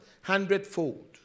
hundredfold